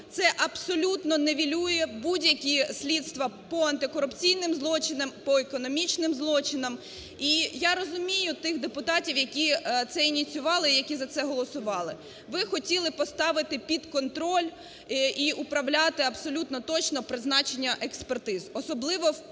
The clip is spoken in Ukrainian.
це абсолютно нівелює будь-які слідства по антикорупційним злочинам, по економічним злочинам. І я розумію тих депутатів, які це ініціювали, які за це голосували. Ви хотіли поставити під контроль і управляти абсолютно точно призначення експертиз, особливо в